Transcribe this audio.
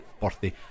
birthday